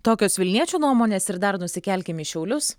tokios vilniečių nuomonės ir dar nusikelkim į šiaulius